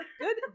Good